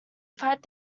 fight